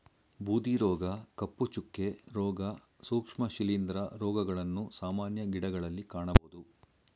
ಬೂದಿ ರೋಗ, ಕಪ್ಪು ಚುಕ್ಕೆ, ರೋಗ, ಸೂಕ್ಷ್ಮ ಶಿಲಿಂದ್ರ ರೋಗಗಳನ್ನು ಸಾಮಾನ್ಯ ಗಿಡಗಳಲ್ಲಿ ಕಾಣಬೋದು